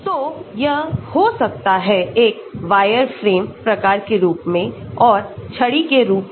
तो यह हो सकता है एक वायरफ्रेम प्रकार के रूप में और छड़ीके रूप में